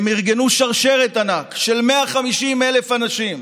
הם ארגנו שרשרת ענק של 150,000 אנשים